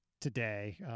today